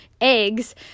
eggs